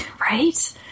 Right